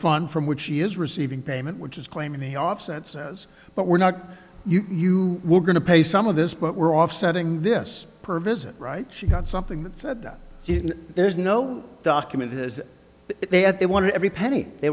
fun from which she is receiving payment which is claiming the offset says but we're not you we're going to pay some of this but we're offsetting this per visit right she got something that said that there's no document as they had they wanted every penny they